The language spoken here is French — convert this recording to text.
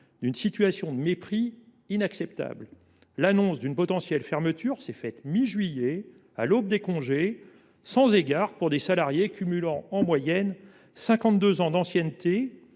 déplore un mépris inacceptable. L’annonce d’une potentielle fermeture a été faite mi juillet, à l’aube des congés, sans égard pour des salariés cumulant en moyenne vingt cinq ans d’ancienneté.